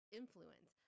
influence